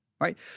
right